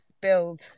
build